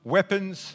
Weapons